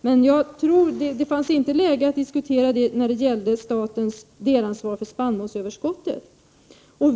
Det var dock inte läge att diskutera det när det gäller statens delansvar för spannmålsöverskottet.